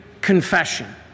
confession